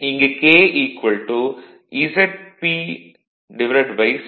இங்கு k ZP 60A